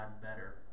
better